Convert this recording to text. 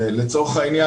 לצורך העניין,